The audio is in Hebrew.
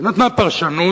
היא נתנה פרשנות